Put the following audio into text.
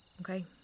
Okay